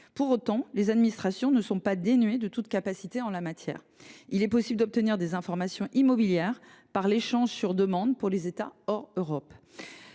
Pour autant, les administrations ne sont pas dénuées de tout pouvoir en la matière. Il est possible d’obtenir des informations immobilières par l’échange de renseignements sur demande pour les États non membres